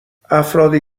افرادی